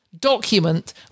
document